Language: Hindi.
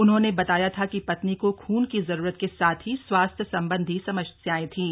उन्होंने बताया था कि पत्नी को खून की जरूरत के साथ ही स्वास्थ्य संबंधी समस्याएं थीं